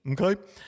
okay